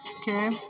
Okay